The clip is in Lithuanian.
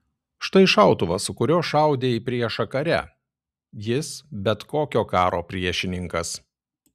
štai šautuvas su kuriuo šaudė į priešą kare jis bet kokio karo priešininkas